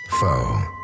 foe